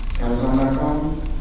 Amazon.com